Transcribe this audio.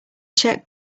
check